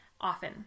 often